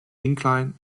incline